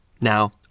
Now